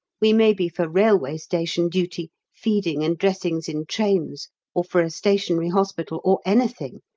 we may be for railway station duty, feeding and dressings in trains or for a stationary hospital, or anything,